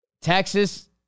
Texas